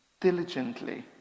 diligently